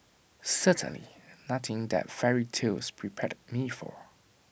certainly nothing that fairy tales prepared me for